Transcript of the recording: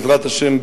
בעזרת השם,